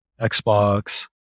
xbox